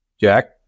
Jack